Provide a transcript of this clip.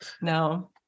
No